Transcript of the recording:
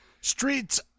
Streets